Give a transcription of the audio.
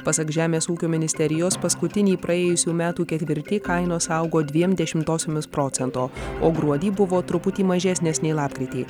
pasak žemės ūkio ministerijos paskutinį praėjusių metų ketvirtį kainos augo dviem dešimtosiomis procento o gruodį buvo truputį mažesnės nei lapkritį